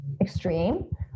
extreme